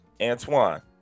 Antoine